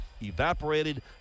evaporated